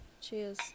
Cheers